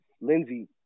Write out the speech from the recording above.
Lindsey